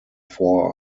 four